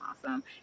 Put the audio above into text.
awesome